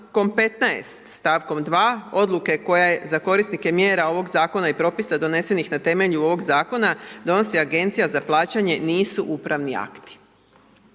15., st. 2. odluke koja je za korisnike mjera ovog Zakona i propisa donesenih na temelju ovog Zakona donosi Agencija za plaćanje nisu upravni akti.